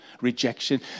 rejection